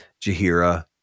Jahira